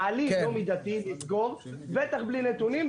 בטח בלי נתונים,